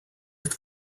used